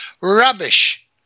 Rubbish